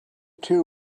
two